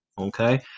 Okay